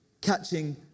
catching